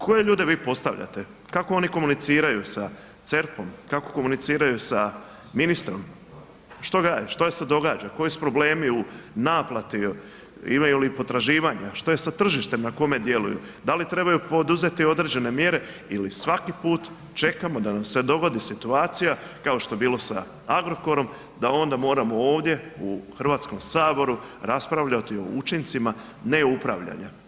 Koje ljude vi postavljate, kao oni komuniciraju sa CERP-om, kako komuniciraju sa ministrom, što grade, što je se događa, koji su problemi u naplati, imaju li potraživanja, što je sa tržištem na kome djeluju, da li trebaju poduzeti određene mjere ili svaki put čekamo da nam se dogodi situacija kao što je bilo sa Agrokorom, da onda moramo ovdje u Hrvatsko saboru raspravljati o učincima neupravljanja.